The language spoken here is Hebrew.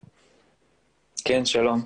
שלום,